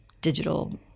digital –